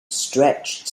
stretched